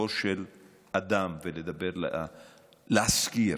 לגופו של אדם, להזכיר,